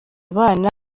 abana